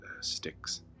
sticks